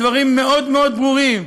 הדברים מאוד מאוד ברורים.